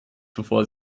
bevor